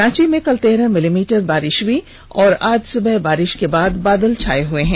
रांची में कल तेरह मिलीमीटर बारिष हई है और आज सुबह बारिष के बाद बादल छाए हुए हैं